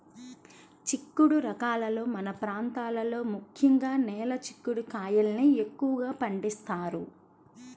చిక్కుడు రకాలలో మన ప్రాంతంలో ముఖ్యంగా నేల చిక్కుడు కాయల్ని ఎక్కువగా పండిస్తారు